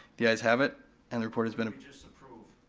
the ayes have it and the report has been approved.